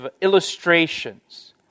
illustrations